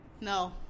no